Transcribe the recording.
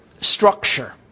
structure